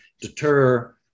deter